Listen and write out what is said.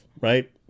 right